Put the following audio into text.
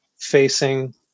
facing